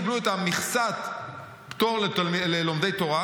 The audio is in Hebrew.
אם הם לא קיבלו את מכסת הפטור ללומדי תורה,